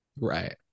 Right